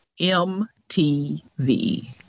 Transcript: MTV